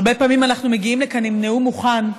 הרבה פעמים אנחנו מגיעים לכאן עם נאום מוכן,